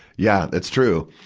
yeah, it's true.